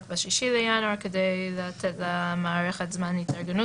ב-6 בינואר כדי לתת למערכת זמן התארגנות,